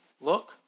look